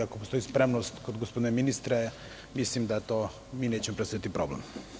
Ako postoji spremnost kod gospodina ministra, mislim da mi nećemo predstavljati problem.